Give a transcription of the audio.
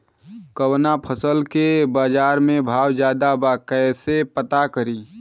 कवना फसल के बाजार में भाव ज्यादा बा कैसे पता करि?